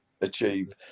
achieve